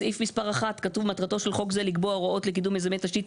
בסעיף מספר (1) כתוב "מטרתו של חוק זה לקבוע הוראות לקידום מיזמי תשתית,